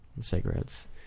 Cigarettes